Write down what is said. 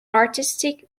artistic